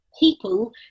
People